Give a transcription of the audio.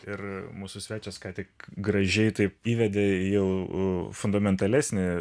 ir mūsų svečias ką tik gražiai taip įvedė jau fundamentalesnį